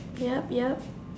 yup yup